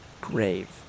grave